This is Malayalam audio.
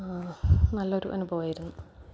നല്ലയൊരു അനുഭവമായിരുന്നു